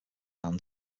man